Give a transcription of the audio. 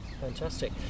Fantastic